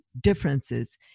differences